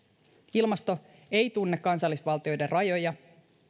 ilmasto ei tunne kansallisvaltioiden rajoja